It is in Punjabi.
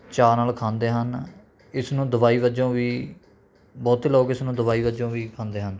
ਚਾਅ ਨਾਲ ਖਾਂਦੇ ਹਨ ਇਸ ਨੂੰ ਦਵਾਈ ਵਜੋਂ ਵੀ ਬਹੁਤੇ ਲੋਕ ਇਸ ਨੂੰ ਦਵਾਈ ਵਜੋਂ ਵੀ ਖਾਂਦੇ ਹਨ